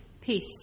Peace